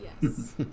Yes